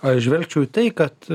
aš žvelgčiau į tai kad